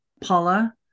Paula